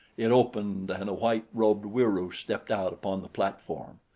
it opened and a white robed wieroo stepped out upon the platform.